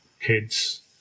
kids